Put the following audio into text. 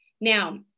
Now